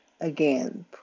Again